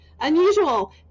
unusual